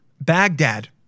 Baghdad